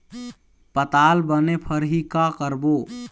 पताल बने फरही का करबो?